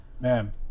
man